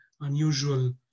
unusual